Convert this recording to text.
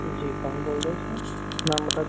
जी कौन बोल रहे हो सर नाम बता